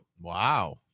Wow